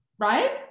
right